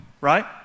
right